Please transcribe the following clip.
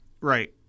Right